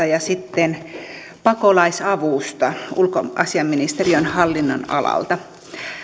ja sitten pakolaisavusta ulkoasiainministeriön hallinnonalalta